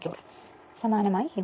അതിനാൽ സമാനമായി ഇത് പോലെ